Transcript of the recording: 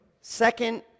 second